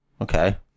Okay